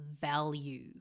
value